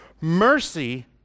Mercy